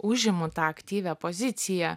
užimu tą aktyvią poziciją